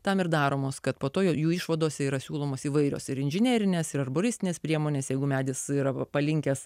tam ir daromos kad po to jų išvadose yra siūlomos įvairios ir inžinerinės ir urbanistinės priemonės jeigu medis yra palinkęs